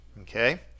Okay